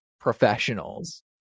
professionals